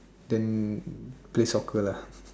then play soccer lah